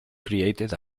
created